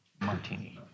Martini